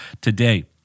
Today